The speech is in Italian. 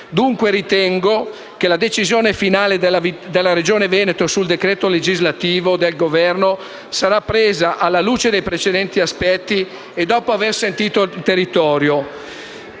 dunque che la decisione finale della Regione Veneto sul decreto legislativo del Governo sarà presa alla luce dei precedenti aspetti e dopo aver sentito il territorio.